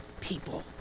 people